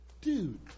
Dude